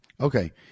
okay